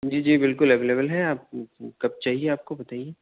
جی جی بالکل اویلیبل ہیں آپ کب چاہیے آپ کو بتائیے